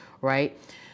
right